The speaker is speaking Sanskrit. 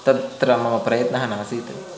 तत्र मम प्रयत्नः नासीत्